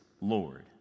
Lord